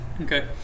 Okay